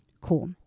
Cool